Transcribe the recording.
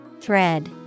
Thread